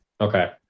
Okay